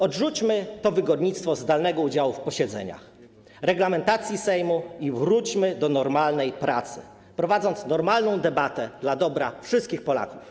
Odrzućmy to wygodnictwo zdalnego udziału w posiedzeniach, reglamentacji Sejmu i wróćmy do normalnej pracy, prowadząc normalną debatę dla dobra wszystkich Polaków.